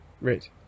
Right